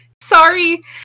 Sorry